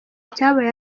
icyabaye